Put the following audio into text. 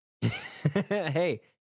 Hey